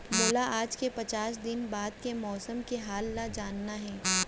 मोला आज ले पाँच दिन बाद के मौसम के हाल ल जानना हे?